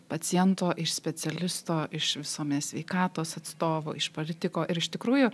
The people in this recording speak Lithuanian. paciento iš specialisto iš visuomenės sveikatos atstovo iš politiko ir iš tikrųjų